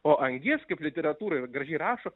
o angis kaip literatūroj gražiai rašo